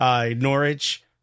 Norwich